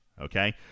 Okay